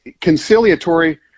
conciliatory